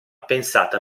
pensata